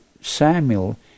Samuel